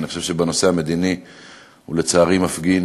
אני חושב שבנושא המדיני הוא מפגין,